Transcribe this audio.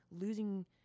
losing